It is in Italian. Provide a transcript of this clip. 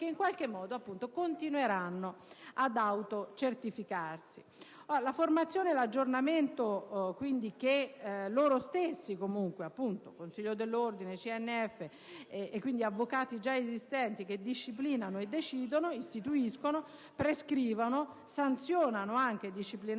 la formazione e l'aggiornamento che loro stessi - consigli dell'ordine, CNF, in sostanza avvocati già affermati - disciplinano, decidono, istituiscono, prescrivono e sanzionano anche disciplinarmente,